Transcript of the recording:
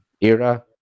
era